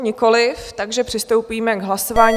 Nikoliv, takže přistoupíme k hlasování.